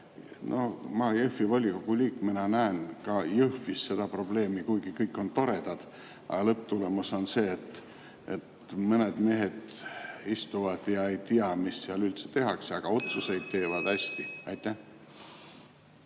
Ma Jõhvi volikogu liikmena näen ka Jõhvis seda probleemi, kuigi kõik on toredad, aga lõpptulemus on see, et mõned mehed istuvad ja ise ei tea, mis seal üldse tehakse, aga otsuseid teevad hästi. Aitäh!